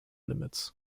limits